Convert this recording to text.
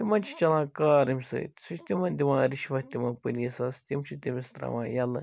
یمن چھُ چَلان کار اَمہِ سۭتۍ سُہ چھُ تِمن دِوان رِشوَت تِمن پلیٖسَس تِم چھِ تٔمِس ترٛاوان یَلہٕ